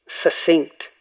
succinct